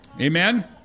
Amen